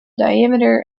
diameter